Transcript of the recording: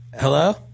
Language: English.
Hello